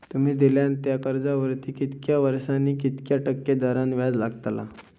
तुमि दिल्यात त्या कर्जावरती कितक्या वर्सानी कितक्या टक्के दराने व्याज लागतला?